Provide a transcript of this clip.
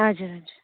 हजुर हजुर